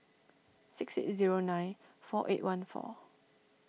six eight zero nine four eight one four